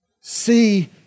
See